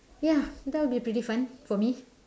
ya that will be pretty fun for me